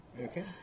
Okay